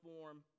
form